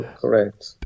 correct